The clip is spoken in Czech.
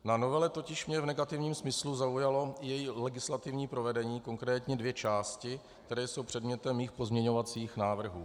Na novele mě totiž v negativním smyslu zaujalo její legislativní provedení, konkrétně dvě části, které jsou předmětem mých pozměňovacích návrhů.